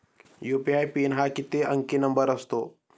UPI PIN हा किती अंकी नंबर असतो?